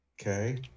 Okay